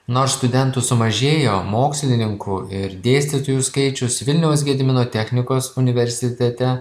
nors studentų sumažėjo mokslininkų ir dėstytojų skaičius vilniaus gedimino technikos universitete